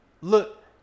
Look